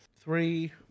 Three